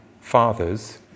fathers